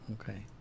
okay